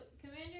commander